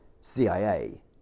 CIA